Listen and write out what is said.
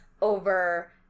over